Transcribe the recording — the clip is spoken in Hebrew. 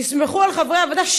תסמכו על חברי הוועדה,